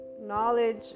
knowledge